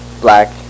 Black